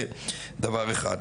זה דבר אחד.